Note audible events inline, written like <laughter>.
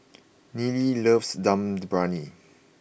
<noise> Neely loves Dum Briyani